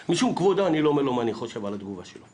משום כבודו אני לא אומר לו מה אני חושב על התגובה שלו.